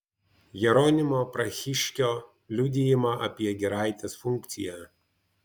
jeronimo prahiškio liudijimą apie giraitės funkciją